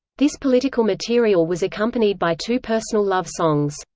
this political material was accompanied by two personal love songs,